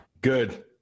Good